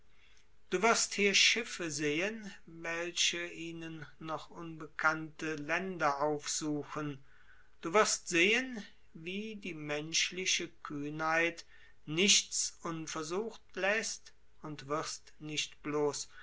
du wirst hier schiffe sehen welche ihnen noch unbekannte länder aufsuchen du wirst sehen wie die menschliche kühnheit nichts unversucht läßt und wirst nicht blos